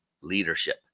leadership